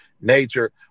nature